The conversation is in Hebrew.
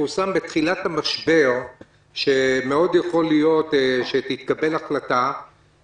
פורסם בתחילת המשבר שמאוד יכול להיות שתתקבל החלטה